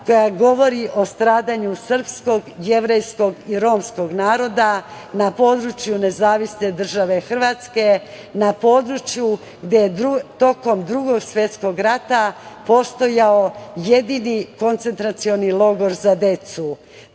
koji govori o stradanju srpskog, jevrejskog i romskog naroda na području NDH, na području gde je tokom Drugog svetskog rata postojao jedini koncentracioni logor za decu.